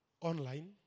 online